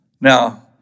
Now